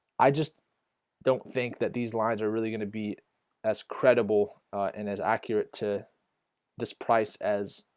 i just don't think that these lines are really going to be as credible and as accurate to this price as